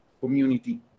community